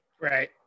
right